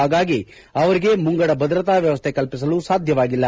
ಹಾಗಾಗಿ ಅವರಿಗೆ ಮುಂಗಡ ಭದ್ರತಾ ವ್ಯವಸ್ಥೆ ಕಲ್ಪಿಸಲು ಸಾಧ್ಯವಾಗಿಲ್ಲ